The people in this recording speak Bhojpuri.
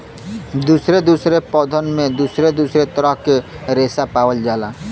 दुसरे दुसरे पौधन में दुसर दुसर तरह के रेसा पावल जाला